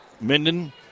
Minden